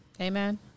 Amen